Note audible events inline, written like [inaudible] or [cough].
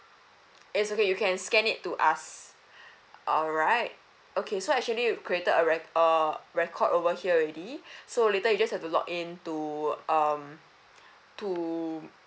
it's okay you can scan it to us [breath] alright okay so actually we created a rec~ err a record over here already [breath] so later you just have to login to um to